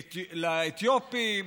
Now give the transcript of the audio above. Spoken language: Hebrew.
לאתיופים,